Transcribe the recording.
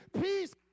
peace